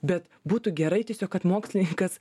bet būtų gerai tiesiog kad mokslininkas